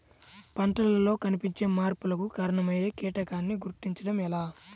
పంటలలో కనిపించే మార్పులకు కారణమయ్యే కీటకాన్ని గుర్తుంచటం ఎలా?